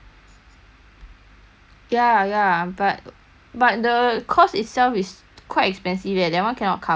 ya ya but but the cost itself is quite expensive eh that one cannot cover [one] I think still have fork out money